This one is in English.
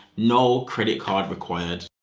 no credit card required.